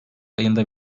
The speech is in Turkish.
ayında